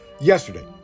Yesterday